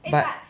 but